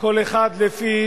בכנסת לגבי